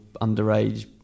underage